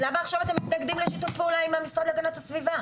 אז למה עכשיו אתם מתנגדים לשיתוף פעולה עם המשרד להגנת הסביבה?